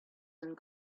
and